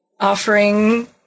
offering